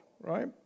right